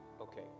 Okay